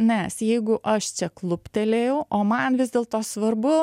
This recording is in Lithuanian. nes jeigu aš čia kluptelėjau o man vis dėlto svarbu